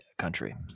country